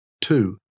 Two